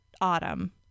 autumn